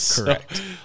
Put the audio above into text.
correct